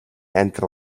entre